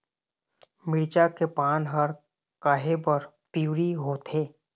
मिरचा के पान हर काहे बर पिवरी होवथे?